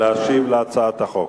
להשיב על הצעת החוק.